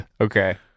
Okay